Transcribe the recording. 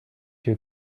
two